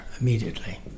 immediately